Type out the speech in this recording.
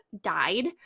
died